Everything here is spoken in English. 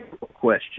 question